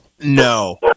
No